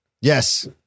Yes